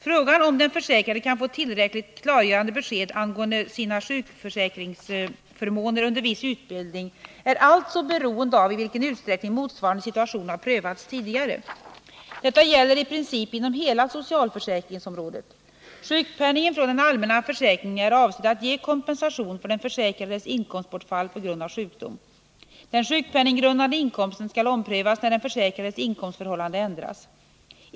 Frågan om den försäkrade kan få tillräckligt klargörande besked angående sina sjukförsäkringsförmåner under viss utbildning är alltså beroende av i vilken utsträckning motsvarande situation har prövats tidigare. Detta gäller i princip inom hela socialförsäkringsområdet. Sjukpenningen från den allmänna försäkringen är avsedd att ge kompensation för den försäkrades inkomstbortfall på grund av sjukdom. Den sjukpenninggrundande inkomsten skall omprövas när den försäkrades inkomstförhållanden ändras.